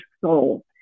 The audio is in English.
soul